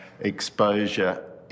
exposure